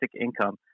income